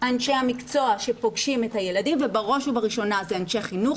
אנשי המקצוע שפוגשים את הילדים ובראש ובראשונה זה אנשי חינוך,